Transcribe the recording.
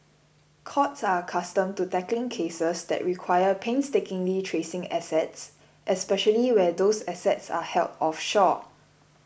courts are accustomed to tackling cases that require painstakingly tracing assets especially where those assets are held offshore